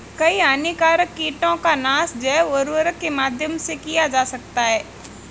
कई हानिकारक कीटों का नाश जैव उर्वरक के माध्यम से किया जा सकता है